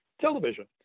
television